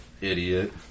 idiot